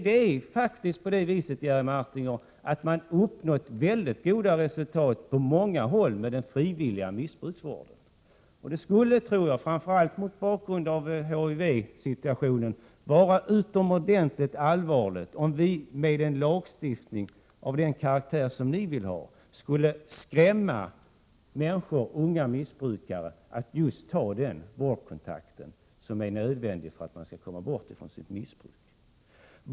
Det är faktiskt på det viset, Jerry Martinger, att man uppnått väldigt goda resultat på många håll med den frivilliga missbrukarvården. Det skulle, tror jag, framför allt mot bakgrund av HIV-situationen, vara utomordentligt allvarligt om vi med en lagstiftning av den karaktär som ni vill ha skulle skrämma unga missbrukare från att ta den vårdkontakt som är nödvändig för att man skall komma bort från sitt missbruk.